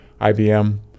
IBM